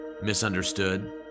misunderstood